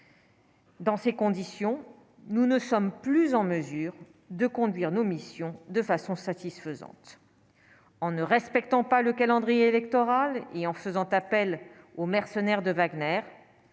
Dans ces conditions, nous ne sommes plus en mesure de conduire nos missions de façon satisfaisante en ne respectant pas le calendrier électoral et en faisant appel aux mercenaires de Wagner,